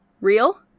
real